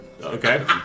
Okay